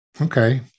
okay